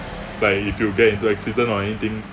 like if you get into accident or anything